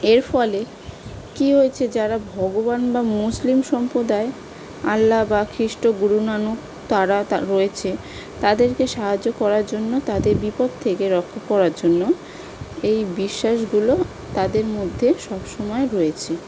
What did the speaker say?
এর ফলে কী হয়েছে যারা ভগবান বা মুসলিম সম্পদায় আল্লা বা খ্রিস্ট গুরুনানক তারা তা রয়েছে তাদেরকে সাহায্য করার জন্য তাদের বিপদ থেকে রক্ষা করার জন্য এই বিশ্বাসগুলো তাদের মধ্যে সব সময় রয়েছে